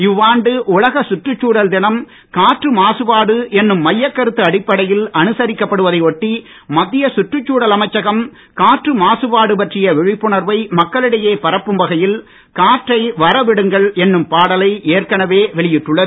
இவ்வாண்டு உலக சுற்றுச்சூழல் தினம் காற்று மாசுபாடு என்னும் மையக் கருத்து அடிப்படையில் அனுசரிக்கப்படுவதை டுட்டி மத்திய சுற்றுச்சூழல் அமைச்சகம் காற்று மாசுபாடு பற்றிய விழிப்புணர்வை மக்களிடையே பரப்பும் வகையில் காற்றை வர விடுங்கள் என்னும் பாடலை ஏற்கனவே வெளியிட்டுள்ளது